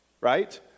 Right